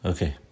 Okay